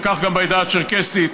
וכך גם בעדה הצ'רקסית,